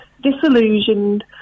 disillusioned